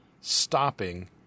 stopping